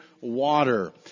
water